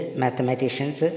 mathematicians